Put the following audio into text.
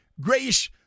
grace